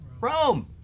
Rome